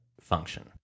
function